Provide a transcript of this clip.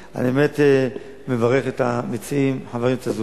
הם מודים שהם יהודים והרבנות הראשית מכירה אותם כיהודים.